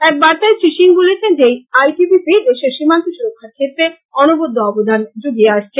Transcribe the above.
এই বার্তায় শ্রী সিং বলেছেন যে আইটিবিপি দেশের সীমান্ত সুরক্ষার ক্ষেত্রে অনবদ্য অবদান যুগিয়ে আসছে